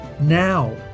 now